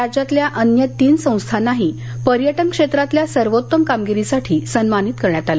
राज्यातल्या अन्य तीन संस्थांनाही पर्यटन क्षेत्रातल्या सर्वोत्तम कामगिरीसाठी सन्मानित करण्यात आलं